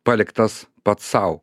paliktas pats sau